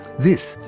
this,